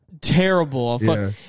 terrible